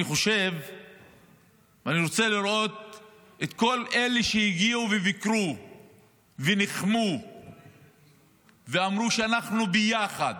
אני רוצה לראות את כל אלה שהגיעו וביקרו וניחמו ואמרו שאנחנו ביחד,